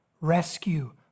Rescue